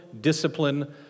discipline